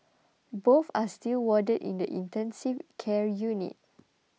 both are still warded in the intensive care unit